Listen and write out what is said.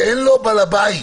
שאין לו בעל הבית.